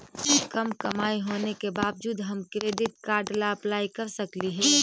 कम कमाई होने के बाबजूद हम क्रेडिट कार्ड ला अप्लाई कर सकली हे?